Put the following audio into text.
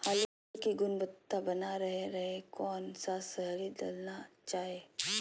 आलू की गुनबता बना रहे रहे कौन सा शहरी दलना चाये?